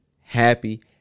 happy